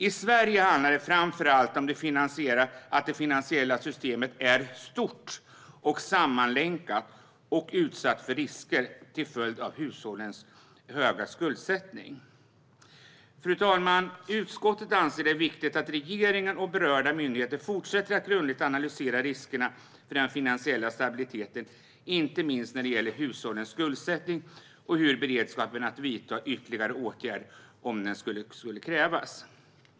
I Sverige handlar det framför allt om att det finansiella systemet är stort och sammanlänkat och utsatt för risker till följd av hushållens höga skuldsättning. Fru talman! Utskottet anser att det är viktigt att regeringen och berörda myndigheter fortsätter att grundligt analysera riskerna för den finansiella stabiliteten, inte minst när det gäller hushållens skuldsättning, och har beredskap att vidta ytterligare åtgärder om det skulle krävas.